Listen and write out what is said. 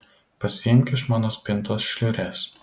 pasiimk iš mano spintos šliures